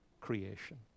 creation